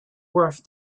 worth